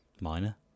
Minor